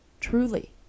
truly